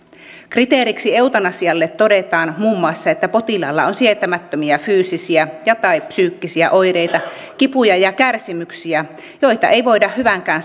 kriteeriksi eutanasialle todetaan muun muassa että potilaalla on sietämättömiä fyysisiä ja tai psyykkisiä oireita kipuja ja kärsimyksiä joita ei voida hyvänkään